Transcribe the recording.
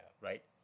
right